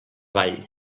ball